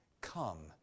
Come